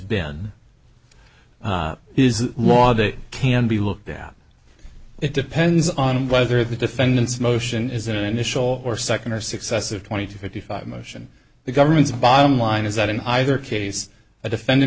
been is a law that can be looked at it depends on whether the defendant's motion is an initial or second or successive twenty to fifty five motion the government's bottom line is that in either case a defendant